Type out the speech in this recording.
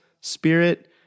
spirit